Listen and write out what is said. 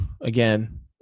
again